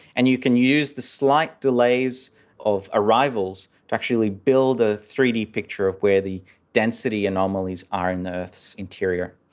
and you can use the slight delays of arrivals to actually build a three d picture of where the density anomalies are in the earth's interior.